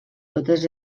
totes